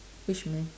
which man